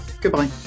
goodbye